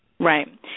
Right